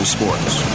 Sports